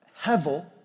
hevel